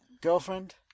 girlfriend